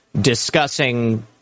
discussing